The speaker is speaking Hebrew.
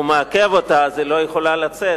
הוא מעכב אותה אז היא לא יכולה לצאת.